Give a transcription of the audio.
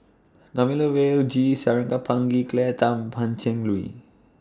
Thamizhavel G Sarangapani Claire Tham Pan Cheng Lui